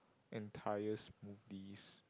entire smoothies